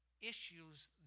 issues